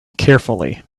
carefully